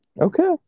Okay